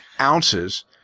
ounces